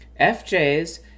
FJs